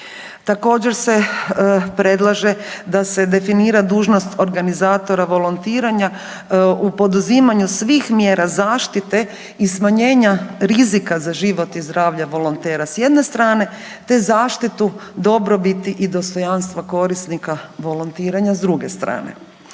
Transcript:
Također se predlaže da se definira dužnost organizatora volontiranja u poduzimanju svih mjera zaštite i smanjenja rizika za život i zdravlja volontera s jedne strane te zaštitu dobrobiti i dostojanstva korisnika volontiranja s druge strane.